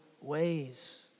ways